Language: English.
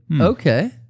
Okay